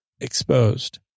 exposed